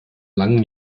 langen